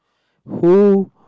who